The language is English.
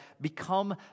become